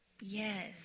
Yes